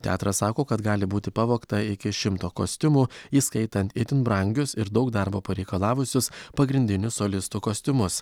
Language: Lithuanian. teatras sako kad gali būti pavogta iki šimto kostiumų įskaitant itin brangius ir daug darbo pareikalavusius pagrindinių solistų kostiumus